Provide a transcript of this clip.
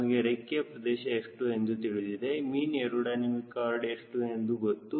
ನಮಗೆ ರೆಕ್ಕೆಯ ಪ್ರದೇಶ ಎಷ್ಟು ಎಂದು ತಿಳಿದಿದೆ ಮೀನ್ ಏರೋಡೈನಮಿಕ್ ಕಾರ್ಡ್ ಎಷ್ಟು ಎಂದು ಗೊತ್ತು